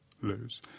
lose